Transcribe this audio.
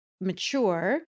mature